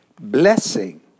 Blessing